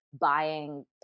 buying